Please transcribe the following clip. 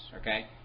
okay